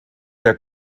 der